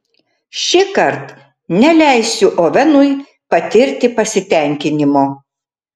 šįkart neleisiu ovenui patirti pasitenkinimo